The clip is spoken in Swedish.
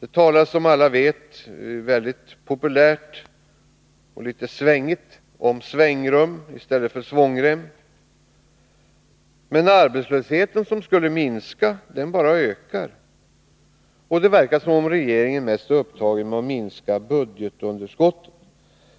Det talades, som alla vet, populärt och litet svängigt om svängrum i stället för svångrem. Men arbetslösheten, som skulle minska, bara ökar. Det verkar som om regeringen mest är upptagen med att minska budgetunderskottet.